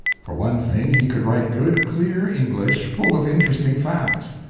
for one thing, he could write good, clear english, full of interesting facts.